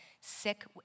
sick